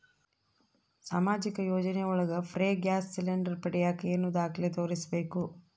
ಸಾಮಾಜಿಕ ಯೋಜನೆ ಒಳಗ ಫ್ರೇ ಗ್ಯಾಸ್ ಸಿಲಿಂಡರ್ ಪಡಿಯಾಕ ಏನು ದಾಖಲೆ ತೋರಿಸ್ಬೇಕು?